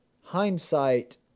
hindsight